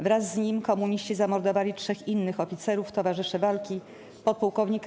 Wraz z nim komuniści zamordowali trzech innych oficerów, towarzyszy walki: ppłk.